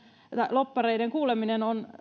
lobbareiden kuuleminen